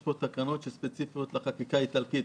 כאן תקנות שהן ספציפיות לחקיקה האיטלקית.